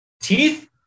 teeth